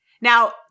Now